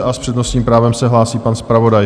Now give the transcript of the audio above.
A s přednostním právem se hlásí pan zpravodaj.